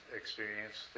experience